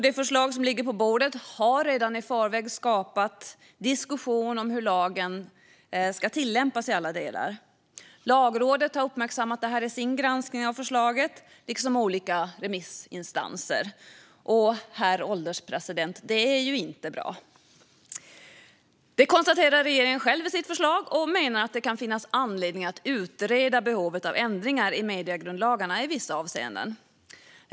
Det förslag som ligger på bordet har redan i förväg skapat diskussion om hur lagen ska tillämpas i alla delar. Lagrådet har, liksom olika remissinstanser, uppmärksammat detta i sin granskning av lagförslaget. Det är ju inte bra, herr ålderspresident. Regeringen själv konstaterar detta i sitt förslag och menar att det kan finnas anledning att utreda behovet av ändringar i mediegrundlagarna i vissa avseenden.